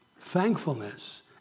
thankfulness